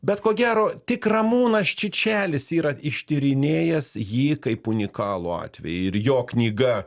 bet ko gero tik ramūnas čičelis yra ištyrinėjęs jį kaip unikalų atvejį ir jo knyga